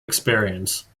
experience